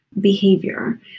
behavior